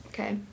Okay